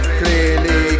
clearly